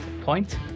point